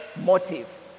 motive